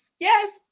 Yes